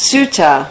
Sutta